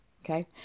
Okay